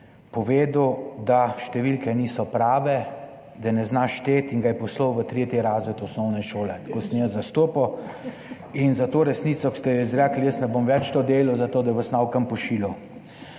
povedal, da številke niso prave, da ne zna šteti in ga je poslal v tretji razred osnovne šole tako sem jaz zastopal. In za to resnico, ki ste jo izrekli, jaz ne bom več to delal za to, da vas naukam pošiljal.